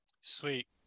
Sweet